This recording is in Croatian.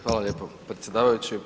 Hvala lijepo predsjedavajući.